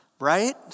Right